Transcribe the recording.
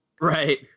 Right